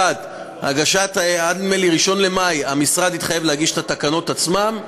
1. נדמה לי שעד 1 במאי המשרד התחייב להגיש את התקנות עצמן.